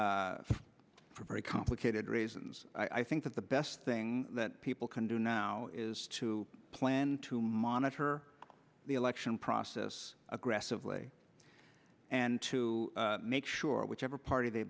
for very complicated reasons i think that the best thing that people can do now is to plan to monitor the election process aggressively and to make sure whichever party they